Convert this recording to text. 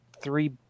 three